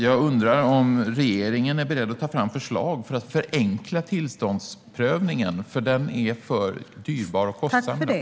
Jag undrar om regeringen är beredd att ta fram förslag för att förenkla tillståndsprövningen, för den är för dyrbar och kostsam i dag.